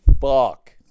fuck